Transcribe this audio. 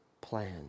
Plan